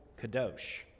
kadosh